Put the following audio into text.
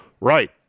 right